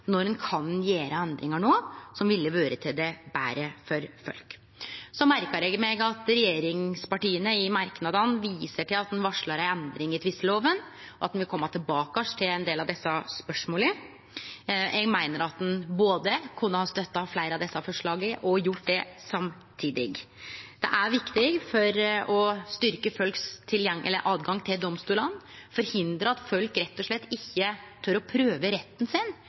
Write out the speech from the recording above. viser til at ein varslar ei endring i tvisteloven, og at ein vil kome tilbake til ein del av desse spørsmåla. Eg meiner at ein kunne ha gjort det samtidig som ein støtta fleire av desse forslaga. Det er viktig for å styrkje folks tilgang til domstolane og forhindre at folk rett og slett ikkje tør å prøve retten sin,